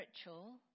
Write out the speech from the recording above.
spiritual